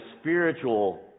spiritual